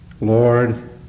Lord